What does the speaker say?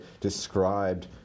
described